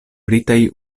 britaj